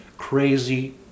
crazy